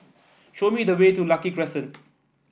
show me the way to Lucky Crescent